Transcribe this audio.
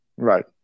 Right